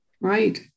Right